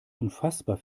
unfassbar